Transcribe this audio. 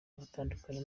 batandukanye